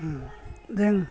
जों